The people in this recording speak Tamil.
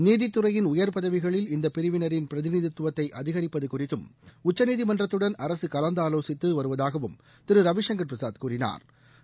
நீதித்துறையின் உயர் பதவிகளில் இந்த பிரிவினரின் பிரதிநிதித்துவத்தை அதிகரிப்பது குறித்தும் உச்சநீதிமன்றத்துடன் அரசு கலந்தாவோசித்து வருவதாகவும் திரு ரவிசங்கர் பிரசாத் கூறினாா்